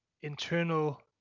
internal